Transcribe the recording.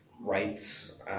rights